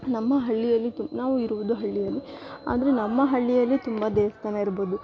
ನಮ್ಮ ಹಳ್ಳಿಯಲ್ಲಿ ತು ನಾವು ಇರುವುದು ಹಳ್ಳಿಯಲ್ಲಿ ಅಂದರೆ ನಮ್ಮ ಹಳ್ಳಿಯಲ್ಲಿ ತುಂಬ ದೇವಸ್ಥಾನ ಇರ್ಬೋದು